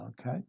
Okay